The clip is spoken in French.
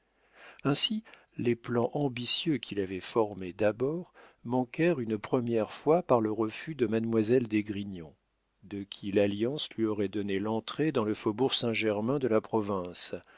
ainsi les plans ambitieux qu'il avait formés d'abord manquèrent une première fois par le refus de mademoiselle d'esgrignon de qui l'alliance lui aurait donné l'entrée dans le faubourg saint-germain de la province